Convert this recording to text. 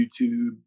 YouTube